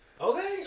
Okay